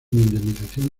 indemnización